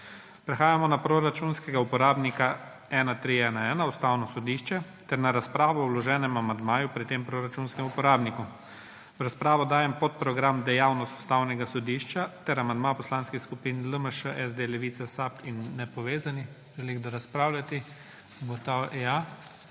Prehajamo na proračunskega uporabnika 1311 Ustavno sodišče ter na razpravo o vloženem amandmaju pri tem proračunskem uporabniku. V razpravo dajem podprogram Dejavnost ustavnega sodišča ter amandma poslanskih skupin LMŠ, SD, Levica, SAB in nepovezanih. Želi kdo razpravljati? Da.